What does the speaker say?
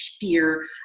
fear